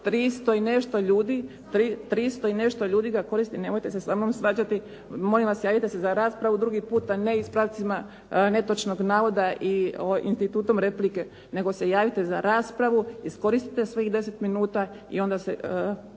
300 i nešto ljudi ga koristi. Nemojte se samnom svađati. Molim vas javite se za raspravu drugi put, a ne ispravcima netočnih navoda i institutom replike, nego se javite za raspravu, iskoristite svojih 10 minuta i onda recite